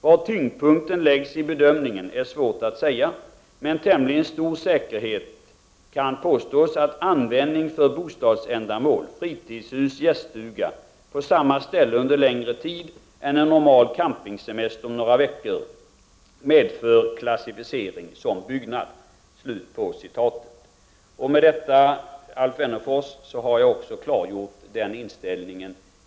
Var tyngdpunkten läggs i bedömningen är svårt att säga, men med tämligen stor säkerhet kan påstås att användning för bostadsändamål på samma ställe under längre tid än en normal campingsemester om några veckor medför klassificering som byggnad.” Med detta, Alf Wennerfors, har jag också klargjort min inställning.